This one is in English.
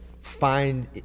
find